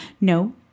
No